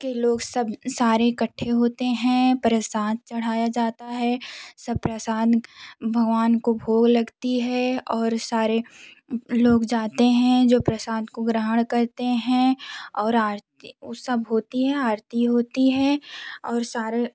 के लोग सब सारें इकठ्ठे होतें हैं प्रसाद चढ़ाया जाता हैं सब प्रसाद भगवान को भोग लगती हैं और सारे लोग जाते हैं जो प्रसाद को ग्रहण करते हैं और आरती उ सब होती हैं आरती होती हैं और सारें